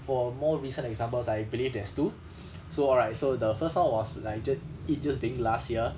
for a more recent examples I believe there is two so alright so the first one was like jut~ it just being last year